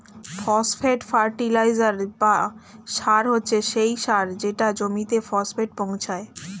phosphate fertilizer বা সার হচ্ছে সেই সার যেটা জমিতে ফসফেট পৌঁছায়